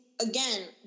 again